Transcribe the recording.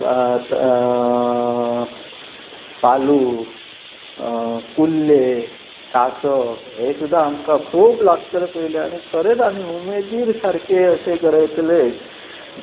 पालू कुल्ले कासोव हें सुद्दां आमकां खूब लागतले पयलीं आनी खरेंच आमी उमेदीर सारके अशें गरयतले